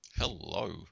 Hello